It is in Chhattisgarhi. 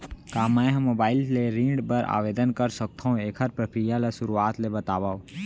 का मैं ह मोबाइल ले ऋण बर आवेदन कर सकथो, एखर प्रक्रिया ला शुरुआत ले बतावव?